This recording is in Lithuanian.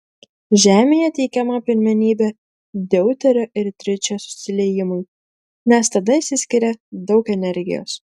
žemėje teikiama pirmenybė deuterio ir tričio susiliejimui nes tada išsiskiria daug energijos